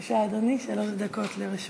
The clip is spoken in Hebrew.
בבקשה, אדוני, שלוש דקות לרשותך.